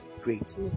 Great